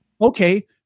okay